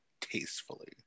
tastefully